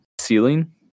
ceiling